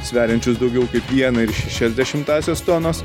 sveriančius daugiau kaip vieną ir šešias dešimtąsias tonos